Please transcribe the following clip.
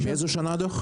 מאיזו שנה הדו"ח?